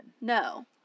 No